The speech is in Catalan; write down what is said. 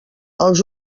els